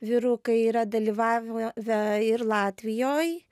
vyrukai yra dalyvavę ir latvijoj